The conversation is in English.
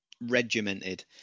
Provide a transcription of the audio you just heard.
regimented